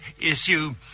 issue